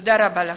תודה רבה לכם.